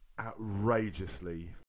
outrageously